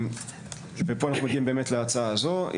פה אנחנו מגיעים באמת להצעה הזו.